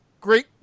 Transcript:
Great